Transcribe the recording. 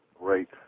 Right